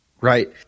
right